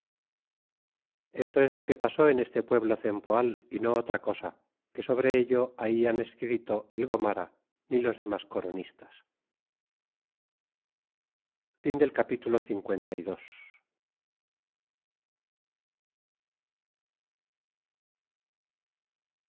esto es lo que pasó en este pueblo cempoal y no otra cosa que sobre ello ahí han escrito el gomara ni los demas coronietas capitulo